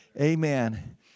amen